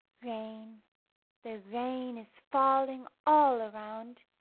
rain the rain is falling all around,